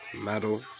metal